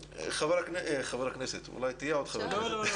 חבר הכנסת אולי תהיה עוד חבר כנסת.